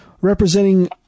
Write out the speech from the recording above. representing